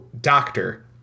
doctor